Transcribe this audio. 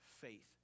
faith